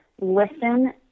listen